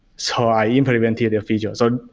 so, i implemented a feature. so,